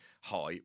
high